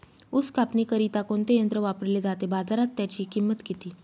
ऊस कापणीकरिता कोणते यंत्र वापरले जाते? बाजारात त्याची किंमत किती?